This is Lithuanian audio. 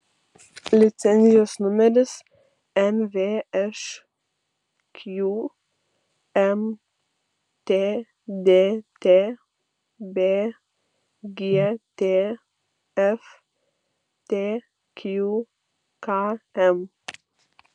licenzijos numeris mvšq mtdt bgtf tqkm